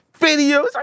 videos